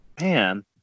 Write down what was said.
Man